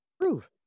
prove